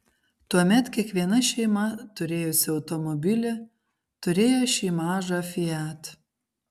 tuomet kiekviena šeima turėjusi automobilį turėjo šį mažą fiat